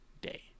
day